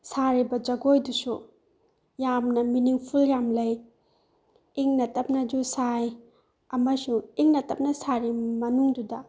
ꯁꯥꯔꯤꯕ ꯖꯒꯣꯏꯗꯨꯁꯨ ꯌꯥꯝꯅ ꯃꯤꯅꯤꯡꯐꯨꯜ ꯌꯥꯝ ꯂꯩ ꯏꯪꯅ ꯇꯞꯅꯁꯨ ꯁꯥꯏ ꯑꯃꯁꯨꯡ ꯏꯪꯅ ꯇꯞꯅ ꯁꯥꯔꯤ ꯃꯅꯨꯡꯗꯨꯗ